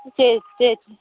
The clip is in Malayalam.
ചേച്ചി